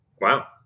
Wow